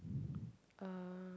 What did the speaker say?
uh